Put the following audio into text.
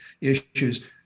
issues